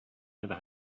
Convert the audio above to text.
never